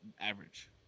average